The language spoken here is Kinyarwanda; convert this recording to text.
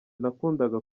nakundaga